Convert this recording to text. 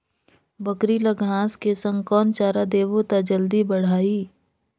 बकरी ल घांस के संग कौन चारा देबो त जल्दी बढाही?